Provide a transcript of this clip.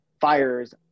fires